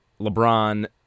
LeBron